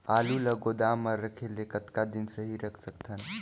आलू ल गोदाम म रखे ले कतका दिन सही रख सकथन?